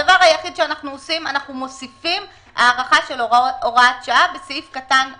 הדבר היחיד שאנחנו עושים הוא להוסיף הארכה של הוראת שעה בסעיף קטן אחר.